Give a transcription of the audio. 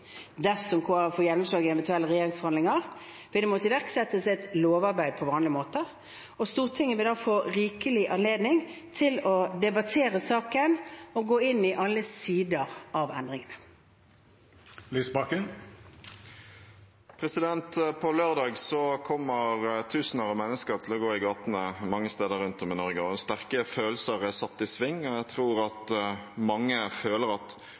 Dersom Kristelig Folkeparti får gjennomslag i eventuelle regjeringsforhandlinger, vil det måtte igangsettes et lovarbeid på vanlig måte. Stortinget vil da få rikelig anledning til å debattere saken og gå inn i alle sider av endringene. På lørdag kommer tusenvis av mennesker til å gå i gatene mange steder rundt om i Norge. Sterke følelser er satt i sving. Jeg tror mange føler at